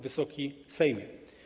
Wysoki Sejmie!